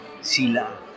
Sila